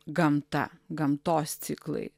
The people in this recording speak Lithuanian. gamta gamtos ciklai